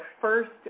first